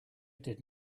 did